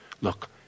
Look